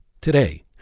today